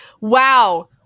wow